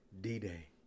d-day